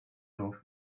off